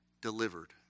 delivered